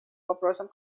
вопросам